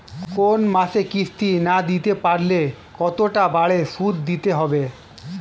কোন মাসে কিস্তি না দিতে পারলে কতটা বাড়ে সুদ দিতে হবে?